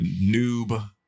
Noob